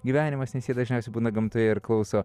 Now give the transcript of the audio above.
gyvenimas nes jie dažniausiai būna gamtoje ir klauso